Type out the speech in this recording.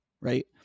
right